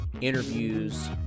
interviews